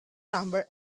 number